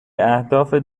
اهداف